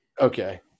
Okay